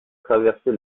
traverser